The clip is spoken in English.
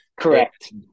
Correct